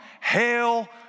hail